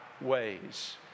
ways